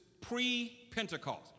pre-Pentecost